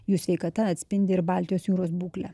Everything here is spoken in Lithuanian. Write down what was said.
jų sveikata atspindi ir baltijos jūros būklę